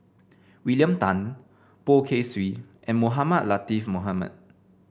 William Tan Poh Kay Swee and Mohamed Latiff Mohamed